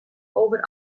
over